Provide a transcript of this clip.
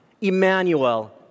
Emmanuel